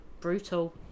brutal